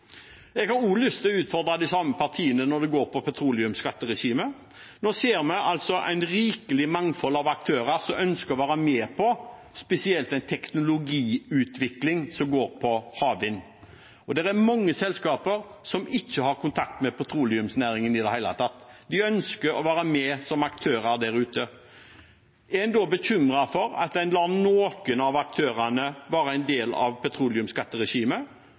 Jeg har også lyst til å utfordre de samme partiene når det gjelder petroleumsskatteregimet. Nå ser vi et rikelig mangfold av aktører som ønsker å være med på spesielt en teknologiutvikling som går på havvind. Det er mange selskaper som ikke har kontakt med petroleumsnæringen i det hele tatt, men de ønsker å være med som aktører der ute. Er en bekymret for at en lar noen av aktørene være en del av petroleumsskatteregimet,